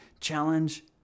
challenge